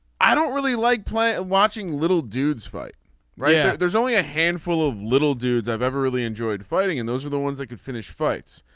i don't really like play ah watching little dudes fight right. yeah there's only a handful of little dudes i've ever really enjoyed fighting and those are the ones that could finish fights.